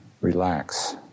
relax